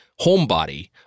Homebody